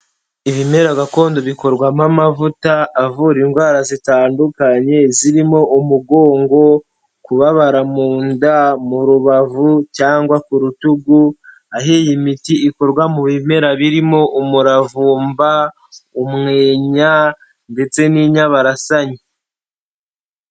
Ibimera gakondo bikorwamo amavuta avura indwara zitandukanye zirimo umugongo, kubabara mu nda, mu rubavu cyangwa ku rutugu aho iyi miti ikorwa mu bimera birimo umuravumba, umwenya ndetse n'inyabarasanya.